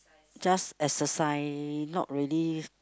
just exercise not really